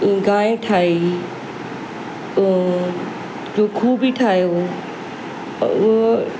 गाईं ठाही ऐं डुखू बि ठाहियो हुयो